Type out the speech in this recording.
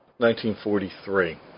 1943